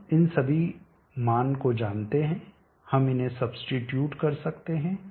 हम इन सभी मान को जानते हैं हम इन्हें सब्सीट्यूट कर सकते हैं